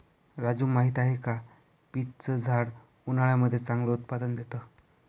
राजू माहिती आहे का? पीच च झाड उन्हाळ्यामध्ये चांगलं उत्पादन देत